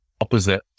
opposite